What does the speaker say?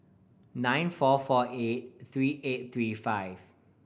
nine four four eight three eight three five